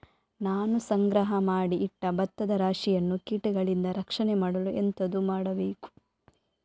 ನಾನು ಸಂಗ್ರಹ ಮಾಡಿ ಇಟ್ಟ ಭತ್ತದ ರಾಶಿಯನ್ನು ಕೀಟಗಳಿಂದ ರಕ್ಷಣೆ ಮಾಡಲು ಎಂತದು ಮಾಡಬೇಕು?